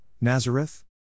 Nazareth